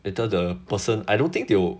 later the person I don't think they will